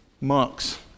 monks